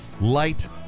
Light